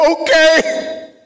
okay